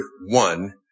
one